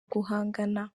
guhangana